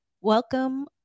Welcome